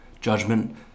judgment